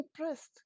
impressed